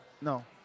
No